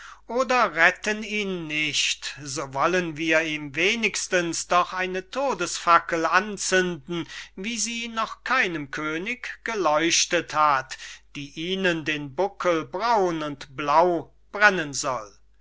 oder retten ihn nicht so wollen wir ihm wenigstens doch eine todesfackel anzünden wie sie noch keinem könig geleuchtet hat die ihnen den buckel braun und blau brennen soll